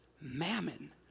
mammon